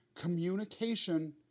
communication